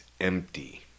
empty